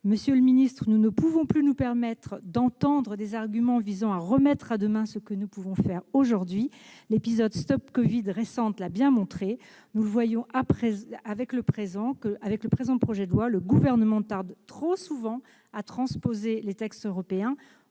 Monsieur le ministre, nous ne pouvons plus nous permettre d'entendre des arguments tendant à remettre à demain ce que nous pouvons faire aujourd'hui. L'épisode récent de l'application StopCovid l'a bien montré. Nous le voyons avec le présent projet de loi, le Gouvernement tarde trop souvent à transposer les textes européens